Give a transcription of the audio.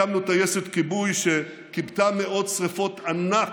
הקמנו טייסת כיבוי שכיבתה מאות שרפות ענק,